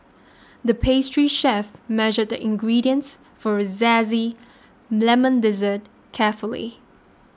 the pastry chef measured the ingredients for a Lemon Dessert carefully